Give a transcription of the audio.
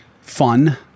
fun